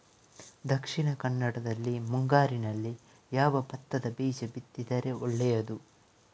ದಕ್ಷಿಣ ಕನ್ನಡದಲ್ಲಿ ಮುಂಗಾರಿನಲ್ಲಿ ಯಾವ ಭತ್ತದ ಬೀಜ ಬಿತ್ತಿದರೆ ಒಳ್ಳೆಯದು?